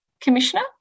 commissioner